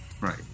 Right